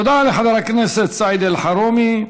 תודה לחבר הכנסת סעיד אלחרומי.